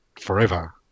forever